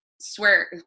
swear